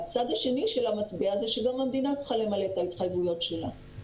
הצד השני של המטבע זה שגם המדינה צריכה למלא את ההתחייבויות שלה.